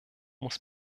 muss